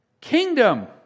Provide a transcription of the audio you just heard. kingdom